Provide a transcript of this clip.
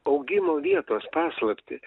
augimo vietos paslaptį